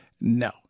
No